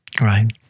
Right